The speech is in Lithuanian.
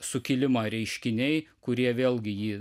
sukilimą reiškiniai kurie vėlgi ji